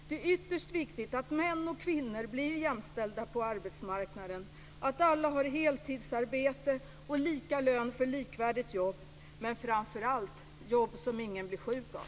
Det är ytterst viktigt att män och kvinnor blir jämställda på arbetsmarknaden, att alla har heltidsarbete och lika lön för likvärdigt jobb men framför allt jobb som ingen blir sjuk av.